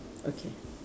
okay